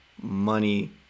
money